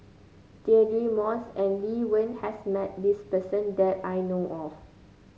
Deirdre Moss and Lee Wen has met this person that I know of